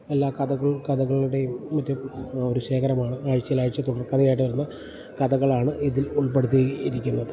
എല്ലാ കഥകൾ കഥകളുടെയും മറ്റും ഒരു ശേഖരമാണ് ആഴ്ചയിൽ ആഴ്ചയിൽ തുടർക്കഥയായിട്ട് വരുന്ന കഥകളാണ് ഇതിൽ ഉൾപ്പെടുത്തിയിരിക്കുന്നത്